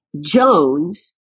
Jones